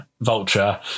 vulture